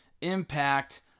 Impact